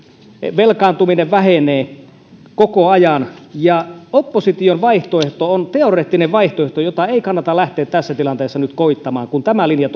velkaantuminen vähenee koko ajan opposition vaihtoehto on teoreettinen vaihtoehto jota ei kannata lähteä tässä tilanteessa nyt koettamaan kun tämä linja